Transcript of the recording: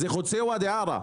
זה חוצה ואדי ערה.